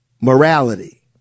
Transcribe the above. morality